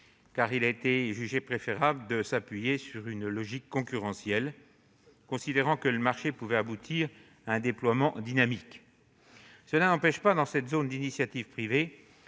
car il a été jugé préférable de s'appuyer sur une logique concurrentielle, considérant que le marché pouvait aboutir à un déploiement dynamique. Cela n'empêche pas, dans cette zone d'initiative privée,